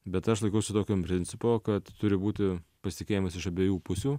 bet aš laikausi tokio principo kad turi būti pasitikėjimas iš abiejų pusių